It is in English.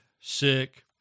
sick